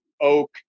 oak